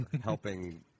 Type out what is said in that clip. helping